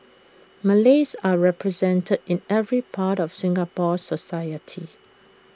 Malays are represented in every part of Singapore society